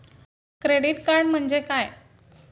Credit card म्हणजे काय?